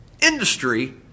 industry